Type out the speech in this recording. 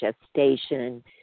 gestation